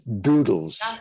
doodles